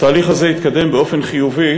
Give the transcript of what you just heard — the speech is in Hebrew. תהליך זה התקדם באופן חיובי,